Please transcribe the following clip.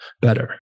better